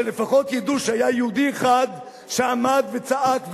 שלפחות ידעו שהיה יהודי אחד שעמד וצעק ואמר: